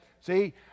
See